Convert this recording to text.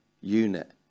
unit